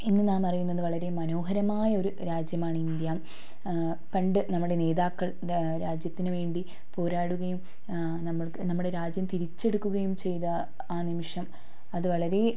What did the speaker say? ഇന്ന് നാം അറിയുന്നത് വളരെ മനോഹരമായ ഒരു രാജ്യമാണ് ഇന്ത്യ പണ്ട് നമ്മുടെ നേതാക്കൾ രാ രാജ്യത്തിന് വേണ്ടി പോരാടുകയും നമുക്ക് നമ്മുടെ രാജ്യം തിരിച്ചെടുക്കുകയും ചെയ്ത ആ നിമിഷം അത് വളരെ